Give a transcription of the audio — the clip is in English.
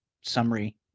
summary